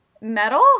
Metal